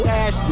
ass